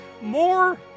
more